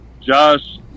Josh